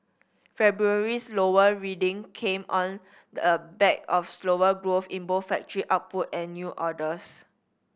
February's lower reading came on the back of slower growth in both factory output and new orders